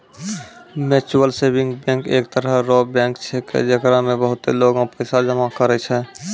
mutual saving bank एक तरह रो बैंक छैकै, जेकरा मे बहुते लोगें पैसा जमा करै छै